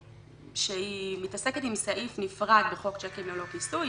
שהיא מתעסקת עם סעיף נפרד בחוק צ'קים ללא כיסוי.